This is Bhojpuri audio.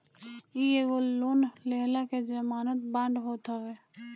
इ एगो लोन लेहला के जमानत बांड होत हवे